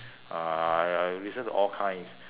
uh I listen to all kinds